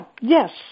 yes